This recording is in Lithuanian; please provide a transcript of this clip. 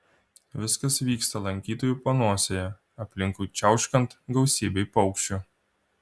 viskas vyksta lankytojų panosėje aplinkui čiauškant gausybei paukščių